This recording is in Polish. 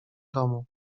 domu